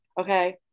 okay